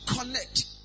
connect